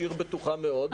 שהיא עיר בטוחה מאוד.